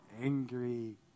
angry